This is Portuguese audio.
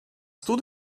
tudo